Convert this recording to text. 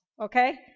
Okay